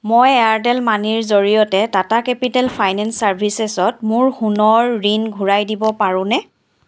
মই এয়াৰটেল মানিৰ জৰিয়তে টাটা কেপিটেল ফাইনেন্স চাৰ্ভিচেছত মোৰ সোণৰ ঋণ ঘূৰাই দিব পাৰোনে